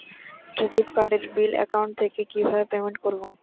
Credit কার্ডের bill account থেকে কিভাবে পেমেন্ট করবো?